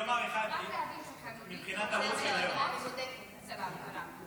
מבחינת הלו"ז של היום.